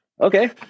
Okay